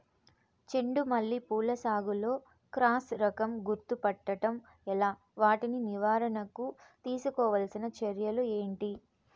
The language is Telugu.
చెండు మల్లి పూల సాగులో క్రాస్ రకం గుర్తుపట్టడం ఎలా? వాటి నివారణకు తీసుకోవాల్సిన చర్యలు ఏంటి?